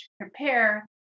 prepare